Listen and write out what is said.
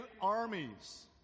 armies